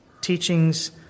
teachings